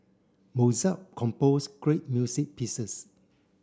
Mozart composed great music pieces